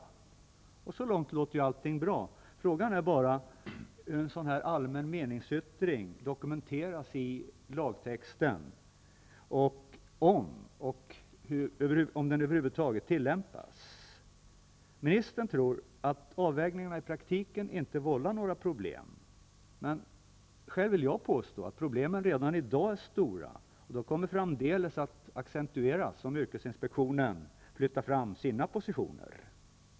Så långt låter allting bra. Frågan är bara hur en sådan här allmän meningsyttring dokumenteras i lagtexten och om den över huvud taget tillämpas. Ministern tror att avvägningarna i praktiken inte vållar några problem. Själv vill jag påstå att problemen redan i dag är stora. Dessutom kommer de framdeles att accentueras om yrkesinspektionen flyttar fram sina positioner.